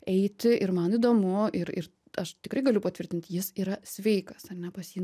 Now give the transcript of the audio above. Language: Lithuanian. eiti ir man įdomu ir ir aš tikrai galiu patvirtint jis yra sveikas ar ne pas jį